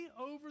over